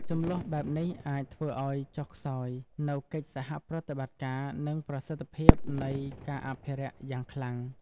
ជម្លោះបែបនេះអាចធ្វើឱ្យចុះខ្សោយនូវកិច្ចសហប្រតិបត្តិការ និងប្រសិទ្ធភាពនៃការអភិរក្សយ៉ាងខ្លាំង។